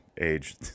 age